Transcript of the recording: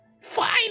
fine